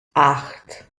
acht